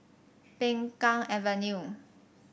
Peng Kang Avenue